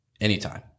anytime